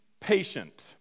patient